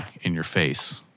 in-your-face